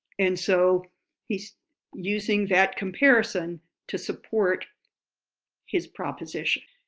and so he's using that comparison to support his proposition.